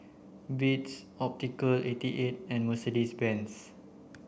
Beats Optical eighty eight and Mercedes Benz